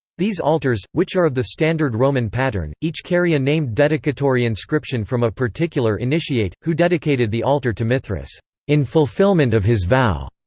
these altars, which are of the standard roman pattern, each carry a named dedicatory inscription from a particular initiate, who dedicated the altar to mithras in fulfillment of his vow,